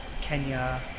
Kenya